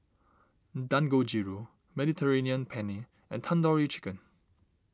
Dangojiru Mediterranean Penne and Tandoori Chicken